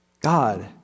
God